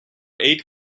eight